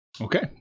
Okay